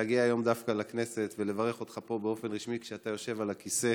להגיע היום דווקא לכנסת ולברך אותך פה באופן רשמי כשאתה יושב על הכיסא